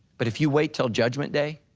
but if you wait until judgment day,